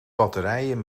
batterijen